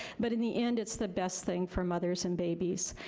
but in the end it's the best thing for mothers and babies.